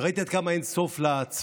וראיתי עד כמה אין סוף לצביעות.